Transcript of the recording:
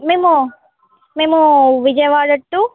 మేము మేము విజయవాడ టు